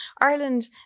Ireland